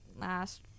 last